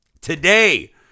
Today